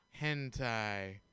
Hentai